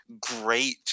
great